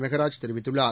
மெகராஜ் தெரிவித்துள்ளார்